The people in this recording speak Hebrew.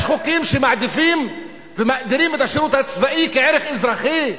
יש חוקים שמעדיפים ומאדירים את השירות הצבאי כערך אזרחי,